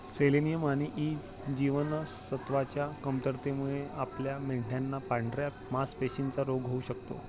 selenium आणि E जीवनसत्वच्या कमतरतेमुळे आपल्या मेंढयांना पांढऱ्या मासपेशींचा रोग होऊ शकतो